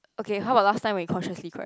okay how about last time we consciously correct